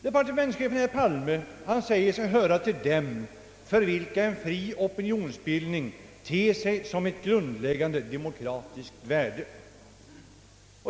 Departementschefen, herr Palme, säger sig höra till dem för vilka en fri opinionsbildning ter sig såsom ett grundläggande demokratiskt värde.